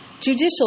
judicial